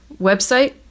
website